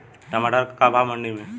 टमाटर का भाव बा मंडी मे?